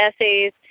essays